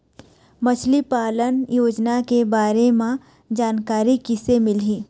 मछली पालन योजना के बारे म जानकारी किसे मिलही?